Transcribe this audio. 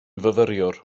fyfyriwr